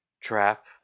trap